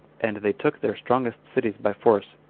and they took their strongest cities by force,